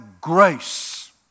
grace